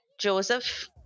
Joseph